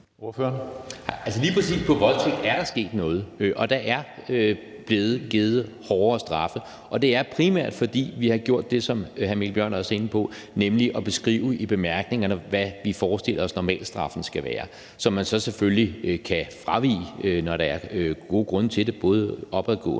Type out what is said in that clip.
i forhold til voldtægt er der sket noget, og der er blevet givet hårdere straffe, og det er primært, fordi vi har gjort det, som hr. Mikkel Bjørn også er inde på, nemlig at beskrive i bemærkningerne, hvad vi forestiller os normalstraffen skal være, som man så selvfølgelig kan fravige, når der er gode grunde til det, både opadgående